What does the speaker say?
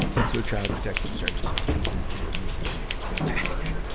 and so child protective services comes in and removes their nicotine patch.